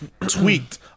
tweaked